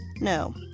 No